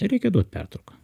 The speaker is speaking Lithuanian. reikia duot pertrauką